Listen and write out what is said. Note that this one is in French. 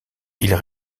ils